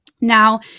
now